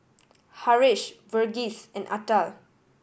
Haresh Verghese and Atal